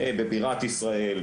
בבירת ישראל,